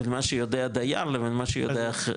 בין מה שיודע הדייר למה שיודעת החברה.